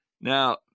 Now